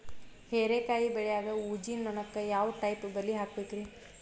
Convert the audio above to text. ಹೇರಿಕಾಯಿ ಬೆಳಿಯಾಗ ಊಜಿ ನೋಣಕ್ಕ ಯಾವ ಟೈಪ್ ಬಲಿ ಹಾಕಬೇಕ್ರಿ?